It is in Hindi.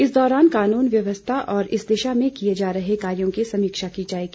इस दौरान कानून व्यवस्था और इस दिशा में किये जा रहे कार्यों की समीक्षा की जाएगी